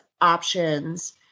options